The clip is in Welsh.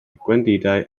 gwendidau